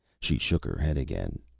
she shook her head again.